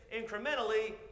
incrementally